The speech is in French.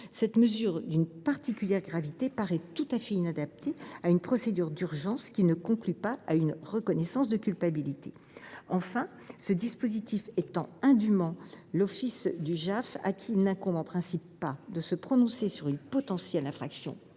cette mesure, d’une particulière gravité, paraît tout à fait inadaptée à une procédure d’urgence qui ne conclut pas à une reconnaissance de culpabilité. Enfin, ce dispositif étendrait indûment l’office du JAF, auquel il n’incombe pas, en principe, de se prononcer sur une potentielle infraction